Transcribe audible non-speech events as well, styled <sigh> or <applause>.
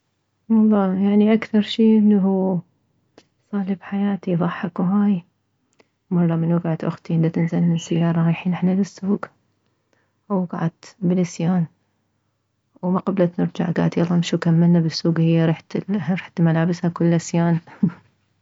الله يعني اكثر صار بحياتي يضحك وهاي مرة من وكعت اختي دتنزل من سيارة رايحين احنا للسوك ووكعت بالسيان وما قبلت نرجع كالت امشو بالسوك وهي ريحة ريحة ملابسها كلها سيان <laughs>